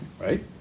right